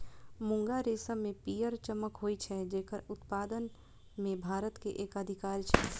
मूंगा रेशम मे पीयर चमक होइ छै, जेकर उत्पादन मे भारत के एकाधिकार छै